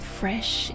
fresh